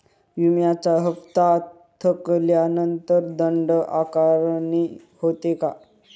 विम्याचा हफ्ता थकल्यानंतर दंड आकारणी होते का?